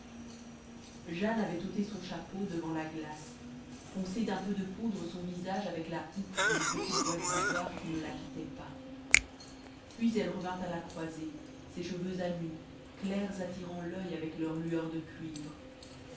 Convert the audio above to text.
jane avait ôté son chapeau devant la glace poncé d'un peu de poudre son visage avec la houppe d'une petite boîte d'ivoire qui ne la quittait pas puis elle revint à la croisée ses cheveux à nu clairs attirant l'oeil avec leurs lueurs de cuivre